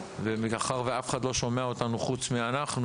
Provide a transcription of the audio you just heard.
מאחר ואף אחד לא שומע אותנו חוץ מאיתנו,